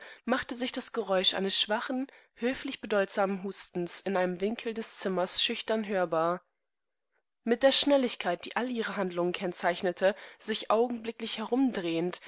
machte sich das geräusch eines schwachen höflich bedeutsamen hustens in einem winkeldeszimmersschüchternhörbar mit der schnelligkeit die alle ihre handlungen kennzeichnete sich augenblicklich